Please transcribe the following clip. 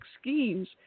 schemes